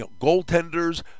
Goaltenders